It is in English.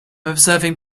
observing